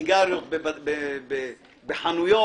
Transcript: הסיגריות בחנויות.